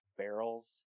barrels